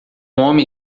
homem